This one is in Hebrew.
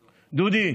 דודי,